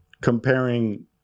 comparing